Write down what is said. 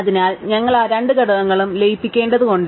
അതിനാൽ ഞങ്ങൾ ആ രണ്ട് ഘടകങ്ങളും ലയിപ്പിക്കേണ്ടതുണ്ട്